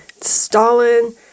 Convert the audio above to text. Stalin